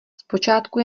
zpočátku